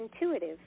intuitive